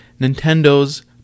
Nintendo's